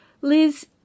Liz